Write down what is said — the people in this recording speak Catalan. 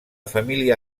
família